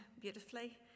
beautifully